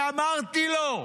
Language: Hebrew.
אמרתי לו: